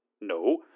No